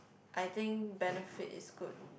I think Benefit is good